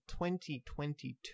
2022